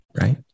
Right